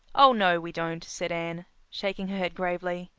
oh, no, we don't, said anne, shaking her head gravely.